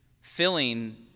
filling